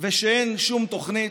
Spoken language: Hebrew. ושאין שום תוכנית.